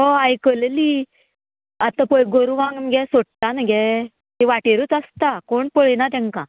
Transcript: हय आयकल्लेली आतां पळय गोरवांक गे सोडटा नगे वाटेरूच आसता कोण पळयना तांकां